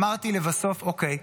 אמרתי לבסוף: אוקיי,